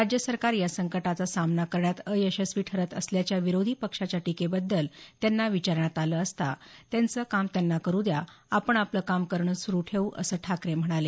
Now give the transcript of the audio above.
राज्य सरकार या संकटाचा सामना करण्यात अयशस्वी ठरत असल्याच्या विरोधी पक्षांच्या टीकेबद्दल विचारण्यात आलं असता त्यांना त्यांचं काम करू द्या आपण आपलं काम करणं सुरू ठेऊ असं ठाकरे म्हणाले